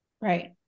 Right